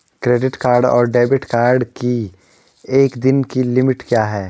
Credit card और debit card की एक दिन की लिमिट क्या है?